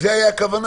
זו היתה הכוונה.